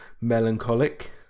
melancholic